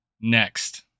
next